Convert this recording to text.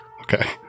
Okay